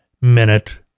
minute